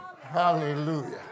Hallelujah